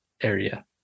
area